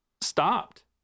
stopped